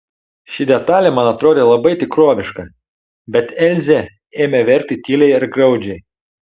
ši detalė man atrodė labai tikroviška bet elzė ėmė verkti tyliai ir graudžiai